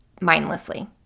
mindlessly